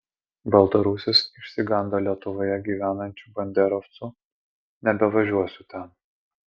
baltarusis išsigando lietuvoje gyvenančių banderovcų nebevažiuosiu ten